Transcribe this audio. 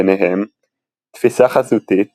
ביניהם תפיסה חזותית